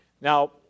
Now